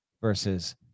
versus